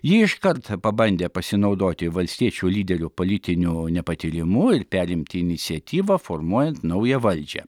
ji iškart pabandė pasinaudoti valstiečių lyderio politiniu nepatyrimu ir perimti iniciatyvą formuojant naują valdžią